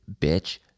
bitch